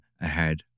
ahead